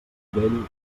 vell